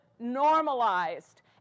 normalized